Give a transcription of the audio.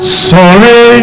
sorry